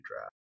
draft